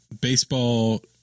baseball